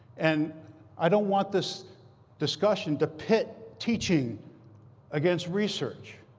and i don't want this discussion to pit teaching against research.